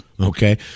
okay